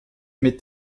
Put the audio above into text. mit